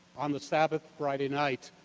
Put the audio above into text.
on the sabbath, friday night.